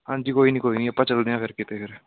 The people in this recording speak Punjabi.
ਹਾਂਜੀ ਕੋਈ ਨਹੀਂ ਕੋਈ ਨਹੀਂ ਆਪਾਂ ਚਲਦੇ ਹੈ ਫਿਰ ਕਿਤੇ ਫਿਰ